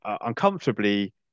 uncomfortably